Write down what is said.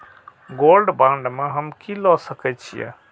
Gold bond में हम की ल सकै छियै?